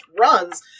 runs